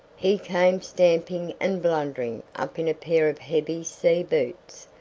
he came stamping and blundering up in a pair of heavy sea-boots,